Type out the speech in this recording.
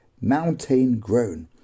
mountain-grown